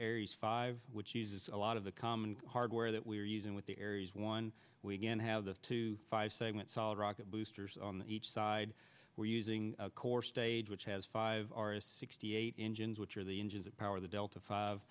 aries five which uses a lot of the common hardware that we're using with the aries one we again have the to five segment solid rocket boosters on each side we're using a core stage which has five r s sixty eight engines which are the engines of power the delta five